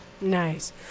Nice